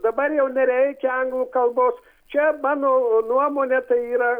dabar jau nereikia anglų kalbos čia mano nuomone tai yra